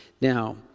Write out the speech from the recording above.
Now